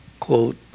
Quote